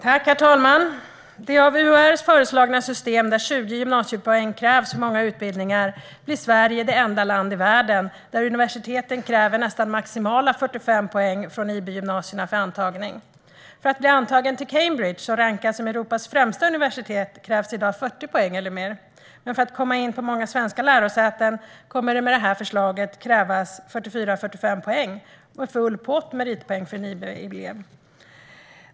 Herr talman! Med det av UHR föreslagna systemet, där 20 gymnasiepoäng krävs för många utbildningar, blir Sverige det enda land i världen där universiteten kräver nästan maximala 45 poäng från IB-gymnasierna för antagning. För att bli antagen till Cambridge, som rankas som Europas främsta universitet, krävs i dag 40 poäng eller mer. Men för att komma in på många svenska lärosäten kommer det med detta förslag att krävas 44-45 poäng samt full pott på meritpoängen för en IB-elev.